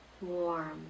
warm